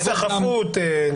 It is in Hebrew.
זו היסחפות.